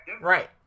Right